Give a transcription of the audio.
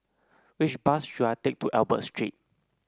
which bus should I take to Albert Street